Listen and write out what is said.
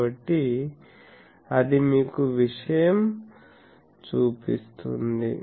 కాబట్టి అది మీకు విషయం చూపిస్తుంది